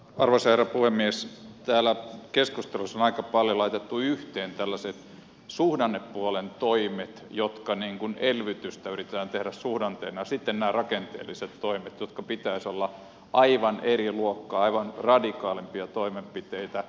täällä keskustelussa on aika paljon laitettu yhteen tällaiset suhdannepuolen toimet joissa elvytystä yritetään tehdä suhdanteina ja sitten nämä rakenteelliset toimet joiden pitäisi olla aivan eri luokkaa paljon radikaalimpia toimenpiteitä